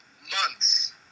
months